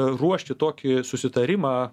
ruošti tokį susitarimą